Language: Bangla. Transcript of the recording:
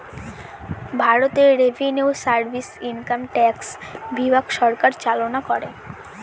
ভারতে রেভিনিউ সার্ভিস ইনকাম ট্যাক্স বিভাগ সরকার চালনা করে